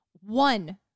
One